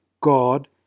God